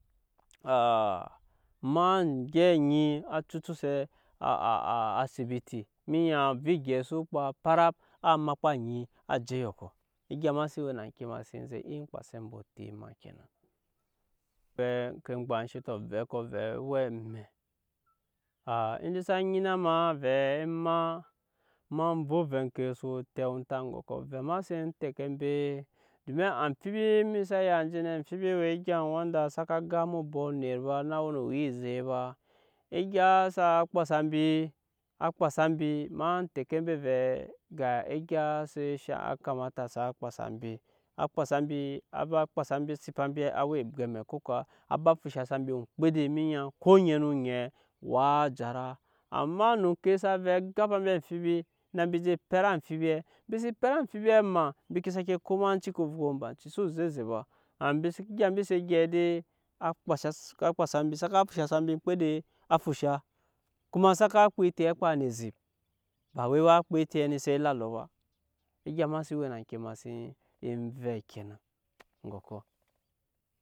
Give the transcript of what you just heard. Aa ma gyep anyi á cucuse asibiti emenya ovɛ eŋgyɛi so kpa parab á makpa anyi á je eyɔkɔ egya ma sen we na ŋke ma sen zɛ kpase ambe otep ma kenan inda sa nyina ma vɛ ema ma vɛ ovɛ oŋke soo tɛ onta eŋgɔkɔ ovɛ ma seen tɛke mbe domin amfibi mi sa ya nje nɛ amfibi we egya wanda á saka gan eme obɔk onet fa á naa we no owuya ezek ba egya sa kpasa mbi á kpasa mbi ma tɛke mbe vɛɛ ga eŋgya se shaŋ á kamata saa kpasa mbi á kpasa mbi á kpasa mbi á ba kpasa mbi shaŋka awa ebwɛ amɛ ko kuwa á ba kpasa mbi awa ebwɛ amɛ emenya ko oŋɛ no oŋɛ á awa jara amma no oŋke saa vɛ á waa gapa mbi amfibi na mbi je pɛt amfibiɛ na mbi je see pɛt amfibiɛ maa embi ke sake koma ciki ovwo ba o xso ze eze ba aa egya mbi se gyɛp dei á kpasa mbi saka fushasa mbi oŋmkpede á fusha kuma saka kpa eti á kpa ne eze ba wai waaka etii ne e zɛ la alɔ ba egya ma sen we na ŋke sen vɛ kenan mbi.